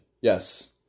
Yes